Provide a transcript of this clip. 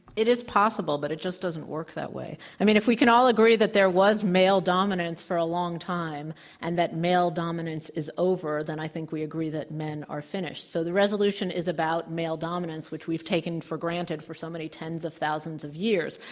it is possible, but it just doesn't work that way. i mean, if we can all agree that there was male dominance for a long time and that male dominance is over, then i think we agree that men are finished. so the resolution is about male dominance which we've taken for granted for so many tens of thousands of years.